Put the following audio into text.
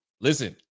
Listen